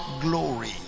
Glory